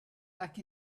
back